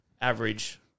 average